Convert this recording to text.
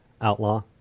Outlaw